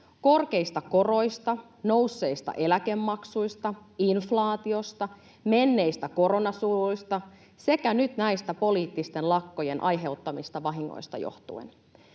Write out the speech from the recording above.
korkeista koroista, nousseista eläkemaksuista, inflaatiosta, menneistä koronasuluista sekä nyt näistä poliittisten lakkojen aiheuttamista vahingoista johtuen.